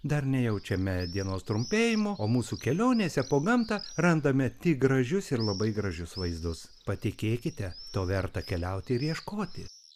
dar nejaučiame dienos trumpėjimo o mūsų kelionėse po gamtą randame tik gražius ir labai gražius vaizdus patikėkite to verta keliauti ir ieškoti